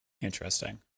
interesting